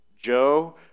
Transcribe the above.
Joe